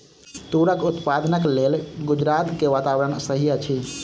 तूरक उत्पादनक लेल गुजरात के वातावरण सही अछि